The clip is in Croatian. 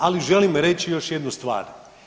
Ali želim reći još jednu stvar.